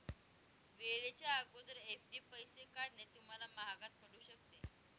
वेळेच्या अगोदर एफ.डी पैसे काढणे तुम्हाला महागात पडू शकते